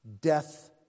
death